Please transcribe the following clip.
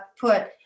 put